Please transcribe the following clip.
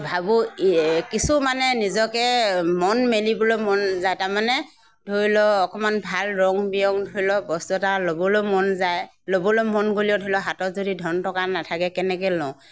ভাবোঁ কিছু মানে নিজকে মন মেলিবলৈ মন যায় মানে তাৰমানে ধৰি লওক অকণমাণ ভাল ৰং ৰিৰং ধৰি লওক বস্তু এটা ল'বলৈ মন যায় ল'বলৈ মন গ'লেও ধৰি লওক হাতত যদি ধন টকা নেথাকে কেনেকৈ লওঁ